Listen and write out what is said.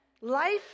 life